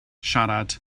siarad